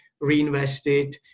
reinvested